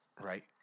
right